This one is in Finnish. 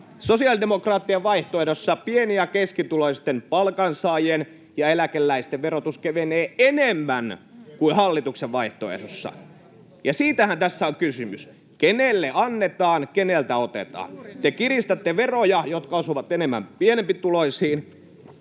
Sosiaalidemokraattien vaihtoehdossa pieni- ja keskituloisten palkansaajien ja eläkeläisten verotus kevenee enemmän kuin hallituksen vaihtoehdossa. Siitähän tässä on kysymys: kenelle annetaan, keneltä otetaan. Te kiristätte veroja, jotka osuvat enemmän pienempituloisiin,